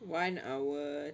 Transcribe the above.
one hour